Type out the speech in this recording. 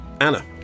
Anna